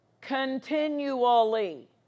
continually